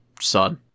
son